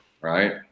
right